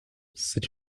c’est